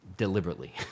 deliberately